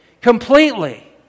completely